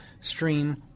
stream